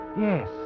Yes